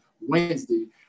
Wednesday